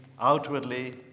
outwardly